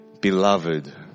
Beloved